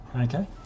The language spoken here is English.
Okay